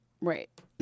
Right